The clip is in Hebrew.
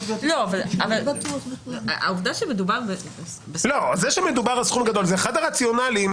זה שמדובר על סכום גדול זה אחד הרציונלים.